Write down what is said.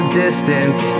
distance